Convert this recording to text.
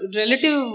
relative